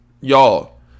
y'all